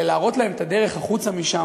אלא להראות להם את הדרך החוצה משם,